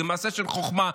זה מעשה של חוכמה,